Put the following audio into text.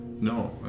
No